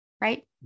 right